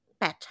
better